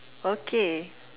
okay